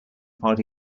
party